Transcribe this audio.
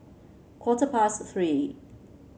quarter past Three